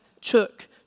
took